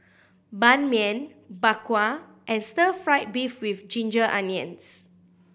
Ban Mian Bak Kwa and Stir Fry beef with ginger onions